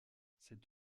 c’est